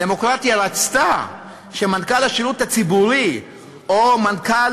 הדמוקרטיה רצתה שמנכ"ל השידור הציבורי או מנכ"ל